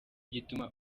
gituma